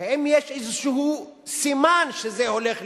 האם יש איזה סימן שזה הולך לקרות?